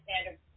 standard